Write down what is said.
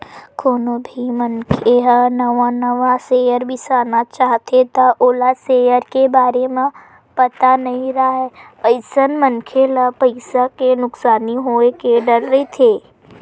कोनो भी मनखे ह नवा नवा सेयर बिसाना चाहथे त ओला सेयर के बारे म पता नइ राहय अइसन मनखे ल पइसा के नुकसानी होय के डर रहिथे